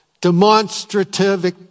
demonstrative